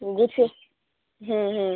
গুছিয়ে হুম হুম